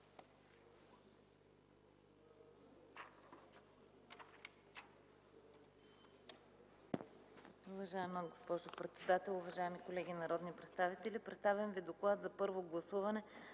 Уважаема госпожо председател, уважаеми колеги народни представители, представям ви Доклад за първо гласуване